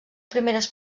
primeres